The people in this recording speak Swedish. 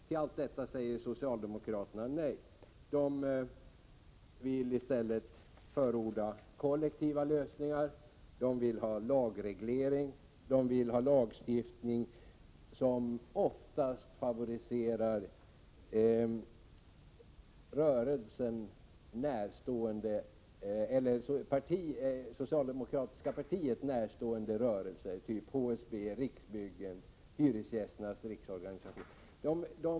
Till allt detta säger socialdemokraterna nej. De vill i stället förorda kollektiva lösningar och lagstiftning, som oftast favoriserar det socialdemokratiska partiet närstående rörelser, t.ex. HSB, Riksbyggen och Hyresgästernas riksförbund.